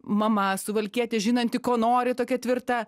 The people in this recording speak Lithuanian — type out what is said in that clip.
mama suvalkietė žinanti ko nori tokia tvirta